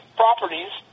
properties